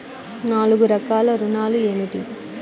నాలుగు రకాల ఋణాలు ఏమిటీ?